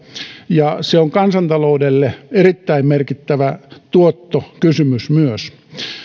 ja se on myös kansantaloudelle erittäin merkittävä tuottokysymys